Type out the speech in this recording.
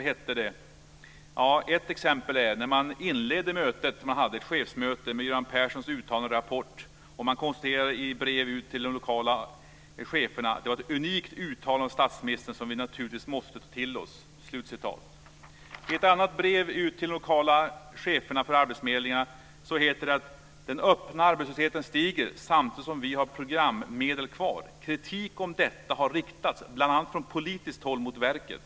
Ett chefsmöte inleddes med Göran Perssons uttalande och rapport, och man konstaterade i brev till de lokala cheferna: Det är ett unikt uttalande av statsministern som vi naturligtvis måste ta till oss. I ett annat brev till de lokala cheferna för arbetsförmedlingarna heter det att den öppna arbetslösheten stiger samtidigt som vi har programmedel kvar. Kritik för detta har riktats bl.a. från politiskt håll mot verket.